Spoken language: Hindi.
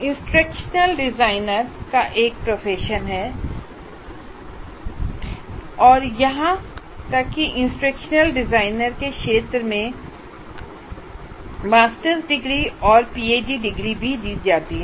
इंस्ट्रक्शनल डिज़ाइनर का एक प्रोफेशन है और यहां तक कि इंस्ट्रक्शनल डिज़ाइन के क्षेत्र में मास्टर्स डिग्री और पीएचडी डिग्री भी दी जाती है